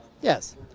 yes